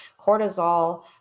cortisol